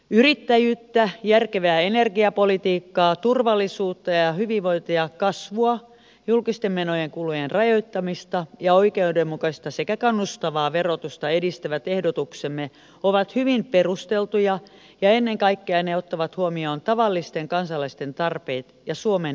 yrittäjyyttä järkevää energiapolitiikkaa turvallisuutta ja hyvinvointia kasvua julkisten menojen kulujen rajoittamista ja oikeudenmukaista sekä kannustavaa verotusta edistävät ehdotuksemme ovat hyvin perusteltuja ja ennen kaikkea ne ottavat huomioon tavallisten kansalaisten tarpeet ja suomen edun